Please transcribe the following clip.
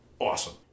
awesome